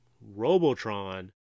Robotron